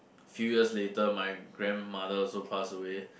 few years later my grandmother also passes away